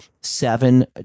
seven